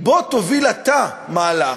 בוא תוביל אתה מהלך,